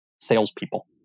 salespeople